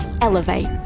elevate